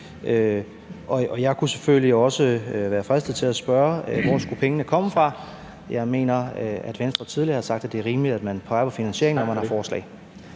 Jeg kunne selvfølgelig også være fristet til at spørge: Hvor skulle pengene komme fra? Jeg mener, Venstre tidligere har sagt, at det er rimeligt, at man peger på finansieringen, når man har forslag?